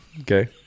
Okay